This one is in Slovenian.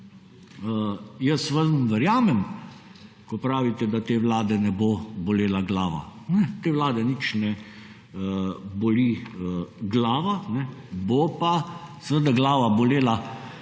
jaz vam verjamem, ko pravite, da te vlade ne bo bolela glava. Ne, te vlade nič ne boli glava. Bo pa seveda glava bolela